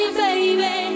baby